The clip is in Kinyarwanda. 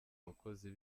bakozi